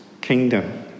kingdom